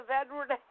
Edward